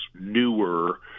newer